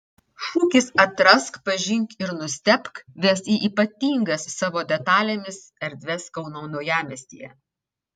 šūkis atrask pažink ir nustebk ves į ypatingas savo detalėmis erdves kauno naujamiestyje